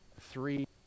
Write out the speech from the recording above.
three